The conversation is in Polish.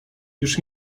już